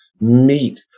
meat